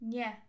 Nie